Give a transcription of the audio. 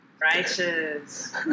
Righteous